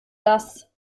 das